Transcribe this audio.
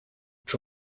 czy